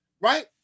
right